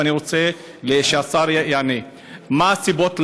ואני רוצה שהשר יענה: מה הסיבות,